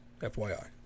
FYI